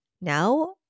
Now